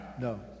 No